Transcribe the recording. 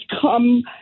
come